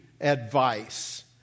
advice